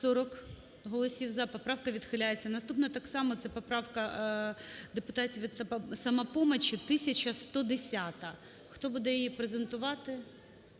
40 голосів "за". Поправка відхиляється. Наступна так само це поправка депутатів від "Самопомочі" 1010-а. Хто буде її презентувати?